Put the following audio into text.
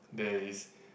there is